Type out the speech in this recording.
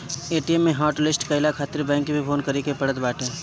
ATM hotlist कईला खातिर bank में फोन करे के पड़त बाटे